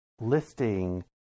listing